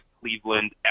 Cleveland